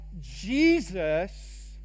Jesus